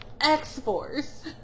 X-Force